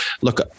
look